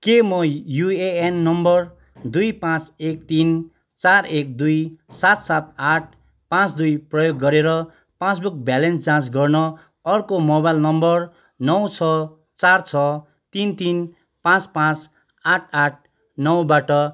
के म UAN number दुई पाँच एक तिन चार एक दुई सात सात आठ पाँच दुई प्रयोग गरेर पासबुक ब्यालेन्स जाँच गर्न अर्को मोबाइल नम्बर नौ छ चार छ तिन तिन पाँच पाँच आठ आठ नौबाट